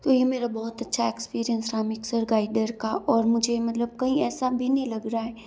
तो ये मेरा बहुत अच्छा एक्सपीरियंस था मिक्सर गाइडर का और मुझे मतलब कहीं ऐसा भी नहीं लग रहा है